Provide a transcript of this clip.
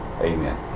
amen